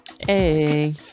Hey